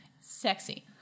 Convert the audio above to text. Sexy